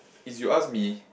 is you ask me